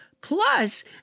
Plus